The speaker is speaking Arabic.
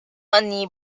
أني